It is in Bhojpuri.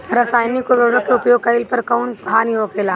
रसायनिक उर्वरक के उपयोग कइला पर कउन हानि होखेला?